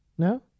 No